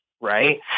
right